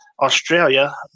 Australia